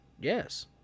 yes